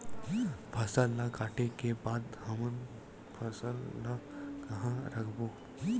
फसल ला काटे के बाद हमन फसल ल कहां रखबो?